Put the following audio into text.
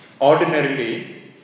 ordinarily